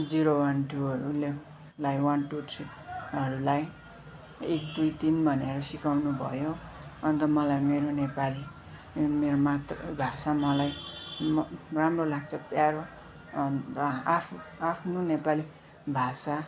zero one टुहरू लेखलाई one two थ्रीहरूलाई एक दुई तिन भनेर सिकाउनु भयो अन्त मलाई मेरो नेपाली मेरो मातृभाषा मलाई म राम्रो लाग्छ प्यारो आफू आफ्नो नेपाली भाषा